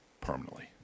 Permanently